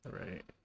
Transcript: Right